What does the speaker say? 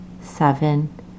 seven